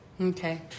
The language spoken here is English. okay